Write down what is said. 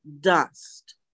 dust